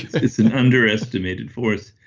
it's an underestimated force.